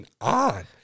on